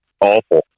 awful